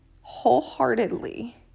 wholeheartedly